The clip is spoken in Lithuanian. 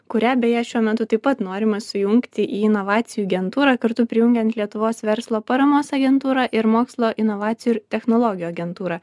kurią beje šiuo metu taip pat norima sujungti į inovacijų agentūrą kartu prijungiant lietuvos verslo paramos agentūrą ir mokslo inovacijų ir technologijų agentūrą